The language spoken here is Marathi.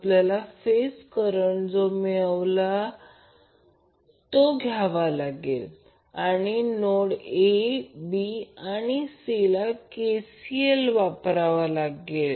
आपल्याला फेज करंट जो आपण मिळवला तो घ्यावा लागेल आणि नोड A B आणि C ला KCL वापरावा लागेल